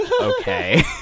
Okay